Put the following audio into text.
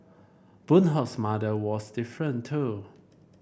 Boon Hock's mother was different too